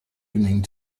evening